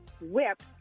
Whip